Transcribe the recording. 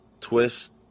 twist